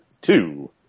two